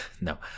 No